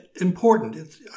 important